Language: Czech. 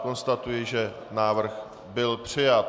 Konstatuji, že návrh byl přijat.